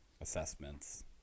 assessments